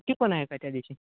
ती पण आहे का त्यादिवशी